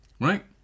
right